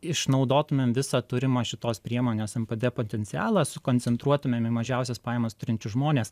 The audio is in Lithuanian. išnaudotumėm visą turimą šitos priemonės npd potencialą sukoncentruotumėm į mažiausias pajamas turinčius žmones